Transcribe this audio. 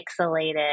pixelated